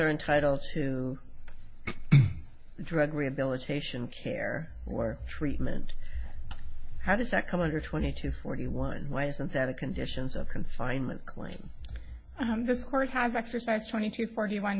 are entitled to drug rehabilitation care or treatment how does that come under twenty to forty one why isn't that a conditions of confinement claim this court has exercised twenty to forty one